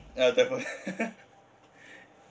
uh